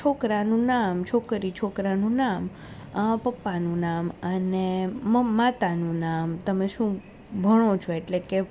છોકરાનું નામ છોકરી છોકરાનું નામ પપ્પાનું નામ અને મ માતાનું નામ તમે શું ભણો છો એટલે કે